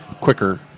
quicker